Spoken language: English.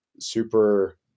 super